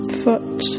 foot